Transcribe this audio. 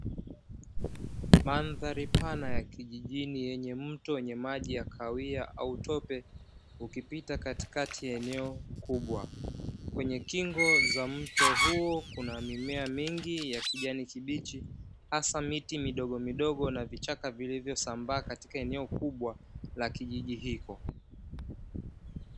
Mandhari pana ya kijijini yenye mto wa maji ya kahawia au tope, ukipita katika ya eneo kubwa kwenye kingo za mto huo, kuna mimea mingi ya kijani kibichi hasa miti midogomidogo, na vichaka vingi vilivyosambaa katika eneo kubwa la kijiji hicho.